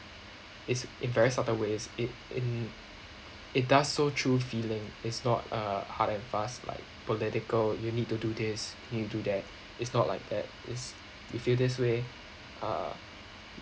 it's in very subtle ways it mm it does so through feeling it's not uh hard and fast like political you need to do this you need to do that it's not like that it's you feel this way uh